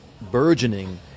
burgeoning